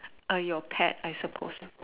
your pet I suppose